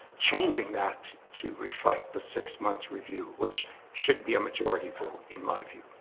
changing that to reflect the six months review, which should be a majority vote in my view.